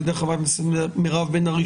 על ידי חברת הכנסת מירב בן ארי,